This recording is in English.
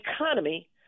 economy